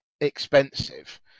expensive